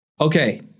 Okay